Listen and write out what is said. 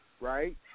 right